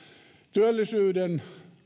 työllisyyden